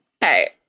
Hey